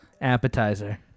appetizer